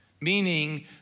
meaning